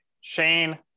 Shane